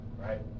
Right